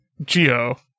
Geo